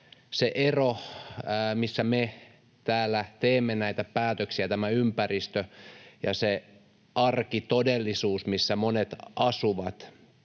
se ero, missä me täällä teemme näitä päätöksiä, tämä ympäristö, ja se arkitodellisuus, missä monet asuvat.